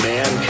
Man